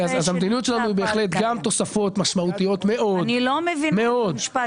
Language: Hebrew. המדיניות שלנו היא בהחלט תוספות משמעותיות מאוד לבריאות,